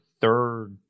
third